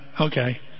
okay